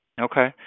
Okay